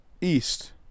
east